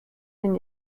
den